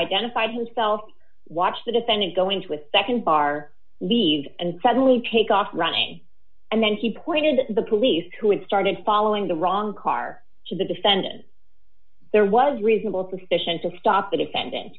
identified himself watch the defendant going to with nd bar leave and suddenly take off running and then he pointed to the police who had started following the wrong car to the defendant there was reasonable suspicion to stop a defendant